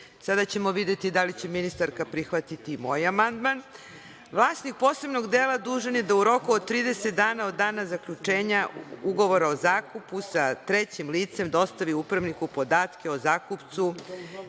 Sada ćemo videti da li će ministarka prihvatiti i moj amandman. Vlasnik posebnog dela dužan je da u roku od 30 dana od dana zaključenja ugovora o zakupu sa trećim licem dostavi upravniku podatke o zakupcu,